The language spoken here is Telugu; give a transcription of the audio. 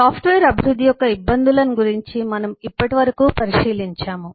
సాఫ్ట్వేర్ అభివృద్ధి యొక్క ఇబ్బందులను గురించి మనం ఇప్పటివరకు పరిశీలించాము